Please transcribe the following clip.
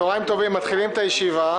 צהריים טובים, אנחנו מתחילים את הישיבה.